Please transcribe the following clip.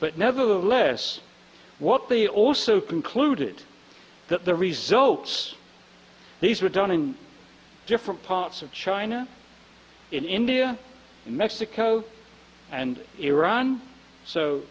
but nevertheless what they also concluded that the results these were done in different parts of china india mexico and iran so